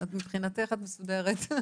מבחינתך את מסודרת.